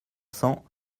cents